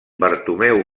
bartomeu